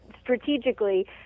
strategically